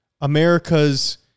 America's